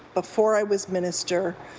before i was minister.